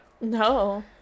No